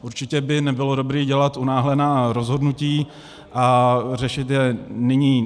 Určitě by nebylo dobré dělat unáhlená rozhodnutí a řešit je nyní.